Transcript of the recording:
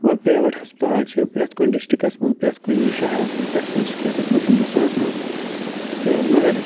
اور پرٛایویٹ ہَسپتال چھِ پرٛیٚتھ کُنہِ ڈِسٹِرٛکَس منٛز پرٛیٚتھ کُنہِ شہرَس منٛز پرٛیٚتھ کُنہِ سِٹیٹَس منٛز ہنٛدوستانَس منٛز تہٕ مگر